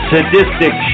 Sadistic